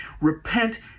repent